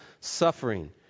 Suffering